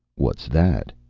what's that?